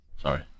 Sorry